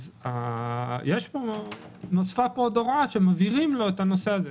אז נוספה פה עוד הוראה, שמבהירים לו את הנושא הזה.